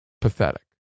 pathetic